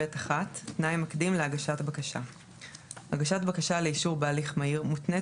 תנאי מקדים להגשת הבקשה 26ב1. הגשת בקשה לאישור בהליך מהיר מותנית